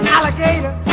Alligator